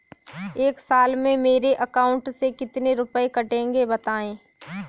एक साल में मेरे अकाउंट से कितने रुपये कटेंगे बताएँ?